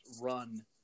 run